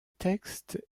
texte